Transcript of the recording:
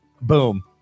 Boom